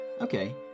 okay